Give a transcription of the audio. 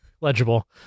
legible